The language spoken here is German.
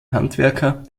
handwerker